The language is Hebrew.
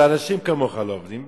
זה אנשים כמוך לא עובדים.